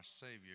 Savior